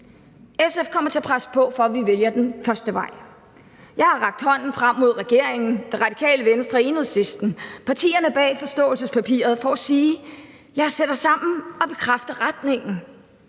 SF kommer til at presse på for, at vi vælger den første vej. Jeg har rakt hånden frem mod regeringen, Det Radikale Venstre, Enhedslisten, partierne bag forståelsespapiret, for at sige: Lad os sætte os sammen og bekræfte retningen;